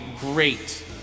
Great